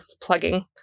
plugging